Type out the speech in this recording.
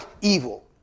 evil